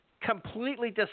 completely